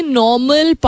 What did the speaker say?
normal